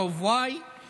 רוב y וכדומה.